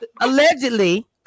allegedly